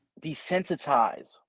desensitize